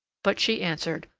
but she answered,